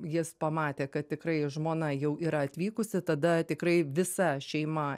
jis pamatė kad tikrai žmona jau yra atvykusi tada tikrai visa šeima